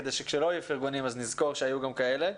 כדי שכשלא יהיה פרגונים נזכור שהיו גם כאלה.